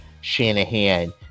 Shanahan